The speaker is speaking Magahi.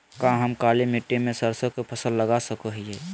का हम काली मिट्टी में सरसों के फसल लगा सको हीयय?